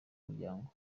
umuryango